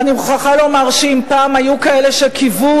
ואני מוכרחה לומר שאם פעם היו כאלה שקיוו